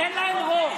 אין להם רוב.